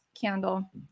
candle